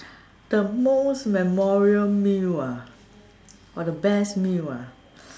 the most memorable meal ah or the best meal ah